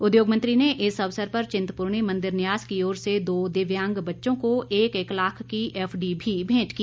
उद्योग मंत्री ने इस अवसर पर चिंतपूर्णी मंदिर न्यास की ओर से दो दिव्यांग बच्चों को एक एक लाख की एफडी भी भेंट की